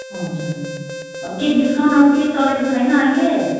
हजुर केही डिस्काउन्टहरू केही चलेको छैन अहिले